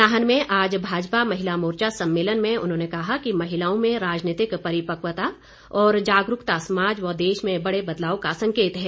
नाहन में आज भाजपा महिला मोर्चा सम्मेलन में उन्होंने कहा कि महिलाओं में राजनीतिक परिपक्वता और जागरूकता समाज व देश में बड़े बदलाव का संकेत है